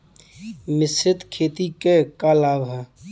मिश्रित खेती क का लाभ ह?